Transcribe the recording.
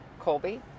Colby